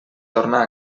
tornar